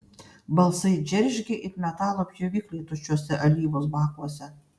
balsai džeržgė it metalo pjovikliai tuščiuose alyvos bakuose